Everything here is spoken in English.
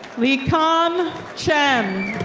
leekon chen.